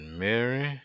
mary